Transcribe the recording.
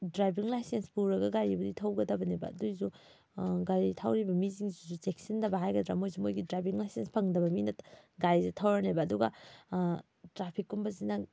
driving licence ꯄꯨꯔꯒ ꯒꯥꯔꯤꯕꯨꯗꯤ ꯊꯧꯒꯗꯝꯅꯦꯕ ꯑꯗꯨꯑꯣꯏꯁꯨ ꯒꯥꯔꯤ ꯊꯧꯔꯤꯕ ꯃꯤꯁꯤꯡꯁꯤꯁꯨ ꯆꯦꯛꯁꯟꯗꯕ ꯍꯥꯏꯒꯗ꯭ꯔꯥ ꯃꯣꯏꯁꯨ ꯃꯣꯏꯒꯤ ꯗ꯭ꯔꯥꯏꯚꯤꯡ ꯂꯥꯏꯁꯦꯟꯁ ꯐꯪꯗꯕ ꯃꯤꯅ ꯒꯥꯔꯤꯁꯦ ꯊꯧꯔꯅꯦꯕ ꯑꯗꯨꯒ ꯇ꯭ꯔꯥꯐꯤꯛꯀꯨꯝꯕꯁꯤꯅ